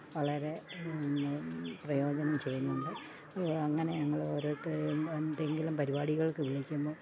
വളരെ പ്രയോജനം ചെയ്യുന്നുണ്ട് അങ്ങനെ ഞങ്ങളോരോരുത്തരും എന്തെങ്കിലും പരിപാടികൾക്കു വിളിക്കുമ്പം